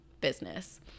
business